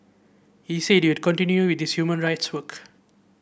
he said he would continue with his human rights work